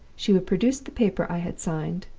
she would produce the paper i had signed,